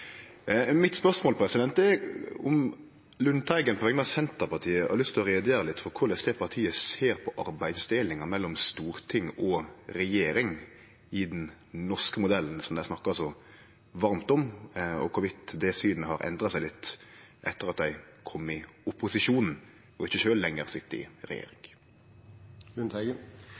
Mitt spørsmål er om Lundteigen på vegner av Senterpartiet har lyst til å gjere litt greie for korleis partiet ser på arbeidsdelinga mellom storting og regjering i den norske modellen, som dei snakkar så varmt om, og om det synet har endra seg litt etter at dei kom i opposisjon og ikkje sjølv lenger sit i regjering.